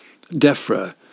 DEFRA